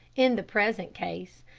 in the present case,